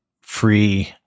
free